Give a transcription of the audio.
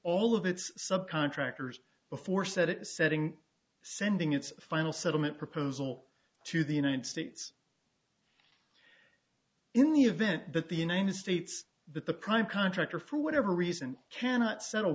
all of its subcontractors before said it is setting sending its final settlement proposal to the united states in the event that the united states but the prime contractor for whatever reason cannot settle